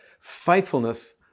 faithfulness